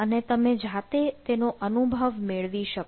અને તમે જાતે તેનો અનુભવ મેળવી શકો